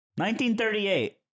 1938